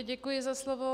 Děkuji za slovo.